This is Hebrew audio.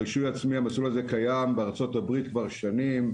המסלול הזה קיים בארצות-הברית כבר שנים,